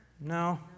No